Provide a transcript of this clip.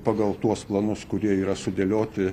pagal tuos planus kurie yra sudėlioti